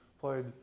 played